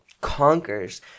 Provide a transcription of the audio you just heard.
conquers